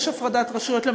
יש הפרדת רשויות,